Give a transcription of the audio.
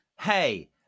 Hey